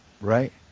Right